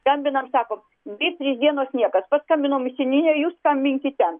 skambinam sakom dvi trys dienos niekas paskambinom į seniūniją jūs skambinkit ten